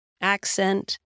accent